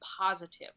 positive